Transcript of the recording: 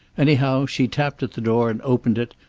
anyhow, she tapped at the door and opened it,